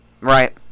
right